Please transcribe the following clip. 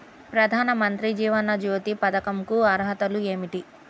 ప్రధాన మంత్రి జీవన జ్యోతి పథకంకు అర్హతలు ఏమిటి?